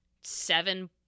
seven